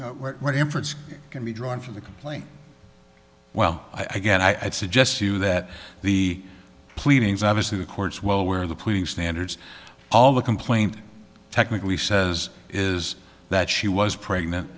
know what inference can be drawn from the complaint well i get i suggest you that the pleadings obviously the courts well where the pleading standards all the complaint technically says is that she was pregnant